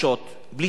בלי שום דבר,